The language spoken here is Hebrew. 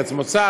ארץ מוצא,